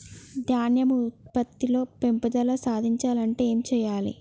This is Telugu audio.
ధాన్యం ఉత్పత్తి లో పెంపుదల సాధించాలి అంటే ఏం చెయ్యాలి?